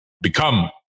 become